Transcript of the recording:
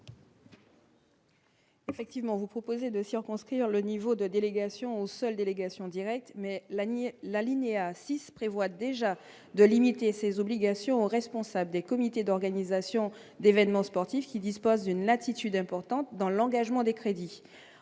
Effectivement, vous proposez de circonscrire le niveau de délégations aux seules délégations Direct mais la ni l'alinéa 6 prévoit déjà de limiter ses obligations responsables des comités d'organisation d'événements sportifs qui disposent d'une latitude importante dans l'engagement des crédits,